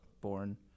Born